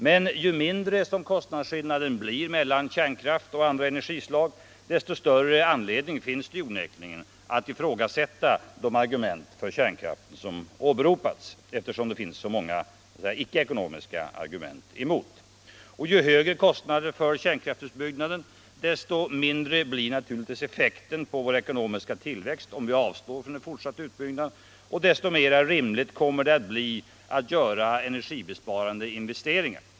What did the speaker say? Men ju mindre kostnadsskillnaden är mellan kärnkraft och andra energislag desto större anledning finns det onekligen att ifrågasätta de argument för kärnkraft som åberopats eftersom det finns så många icke-ekonomiska argument emot den. Och ju högre kostnaderna för kärnkraftsutbyggnaden är desto mindre blir naturligtvis effekten på den ekonomiska tillväxten om vi avstår från fortsatt utbyggnad och desto mer rimligt blir det att göra energibesparande investeringar.